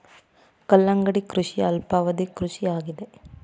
ಕಲ್ಲಂಗಡಿ ಕೃಷಿಯ ಅಲ್ಪಾವಧಿ ಕೃಷಿ ಆಗಿದೆ